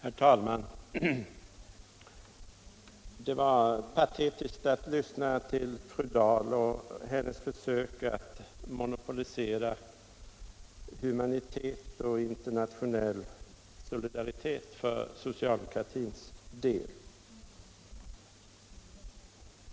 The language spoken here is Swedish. Herr talman! Det var patetiskt att lyssna till fru Dahl och hennes försök att ta monopol på humanitet och internationell solidaritet för socialdemokratins del.